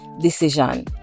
decision